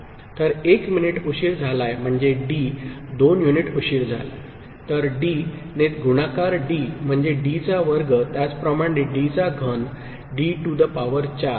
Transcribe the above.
तर एक मिनिटं उशीर झालाय म्हणजे डी दोन युनिट उशीर झालाय तर डी ने गुणाकार डी म्हणजे डी चा वर्ग त्याचप्रमाणे डी चा घन डी टू द पावर चार